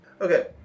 Okay